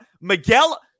Miguel